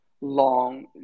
long